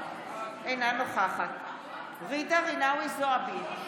אינה נוכחת ג'ידא רינאוי זועבי,